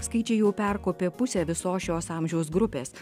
skaičiai jau perkopė pusę visos šios amžiaus grupės